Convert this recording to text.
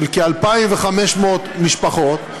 של כ-2,500 משפחות,